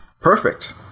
perfect